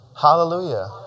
Hallelujah